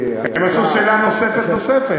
הם עשו שאלה נוספת-נוספת,